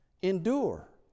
endure